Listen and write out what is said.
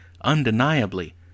undeniably